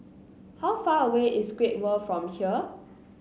how far away is Great World from here